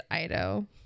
Ido